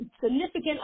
significant